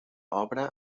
obra